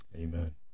Amen